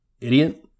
Idiot